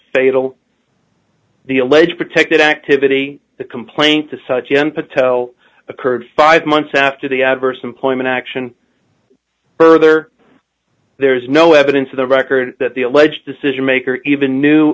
fatal the alleged protected activity the complaint to such an patel occurred five months after the adverse employment action further there is no evidence to the record that the alleged decision maker even knew